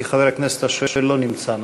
כי חבר הכנסת השואל לא נמצא.